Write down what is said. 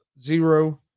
zero